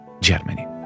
Germany